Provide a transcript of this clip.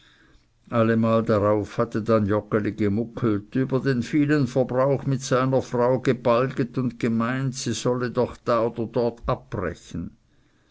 allemal darauf hatte dann joggeli gemuckelt über den vielen verbrauch mit seiner frau gebalget und gemeint sie sollte da oder dort abbrechen